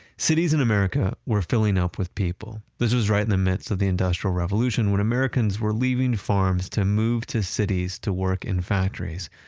cities in america were filling up with people. this was right in the midst of the industrial revolution when americans were leaving farms to move to cities to work in factories,